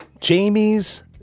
jamie's